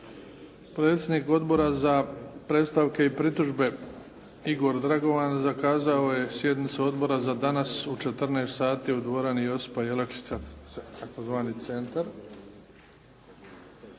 Predsjednik Odbora za predstavke i pritužbe Igor Dragovan zakazao je sjednicu odbora za danas u 14 sati u dvorani "Josipa Jelačića" tzv. "Centar".